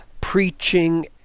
preaching